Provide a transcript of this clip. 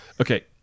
Okay